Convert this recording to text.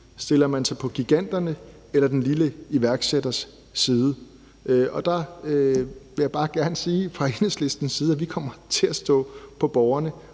stiller man sig på giganternes eller den lille iværksætter side. Og der vil jeg bare gerne sige, at vi fra Enhedslistens side kommer til at stå på borgernes